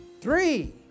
Three